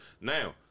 Now